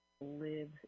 lives